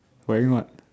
wearing what